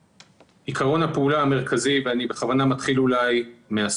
עיקרון הפעולה המרכזי, ואני בכוונה מתחיל מהסוף,